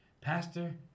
Pastor